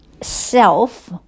self